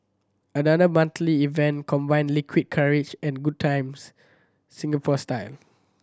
another monthly event combining liquid courage and good times Singapore style